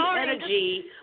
energy